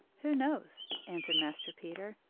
who knows answered master peter.